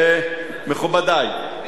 מכובדי,